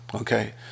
okay